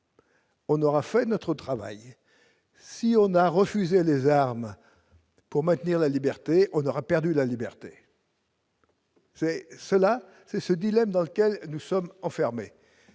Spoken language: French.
On aura fait notre travail, si on a refusé à des armes pour maintenir la liberté, on aura perdu la liberté. C'est cela, c'est ce dilemme dans lequel nous sommes enfermés,